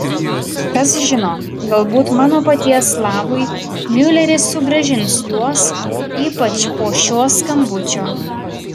kas žino galbūt mano paties labui miuleris sugrąžins juos ypač po šio skambučio